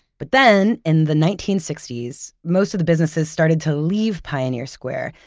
but then, in the nineteen sixty s, most of the businesses started to leave pioneer square,